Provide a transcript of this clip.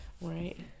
Right